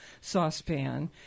saucepan